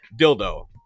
dildo